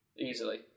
Easily